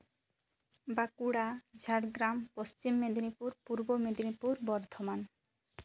Bankura Jhargram Paschim Medinipur Purba Medinipur Bardhaman